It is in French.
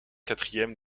quatrième